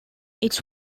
its